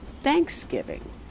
Thanksgiving